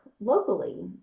locally